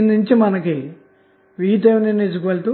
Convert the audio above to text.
కాబట్టి ఇప్పుడు